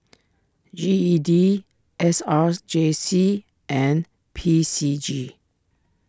G E D S R J C and P C G